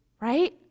Right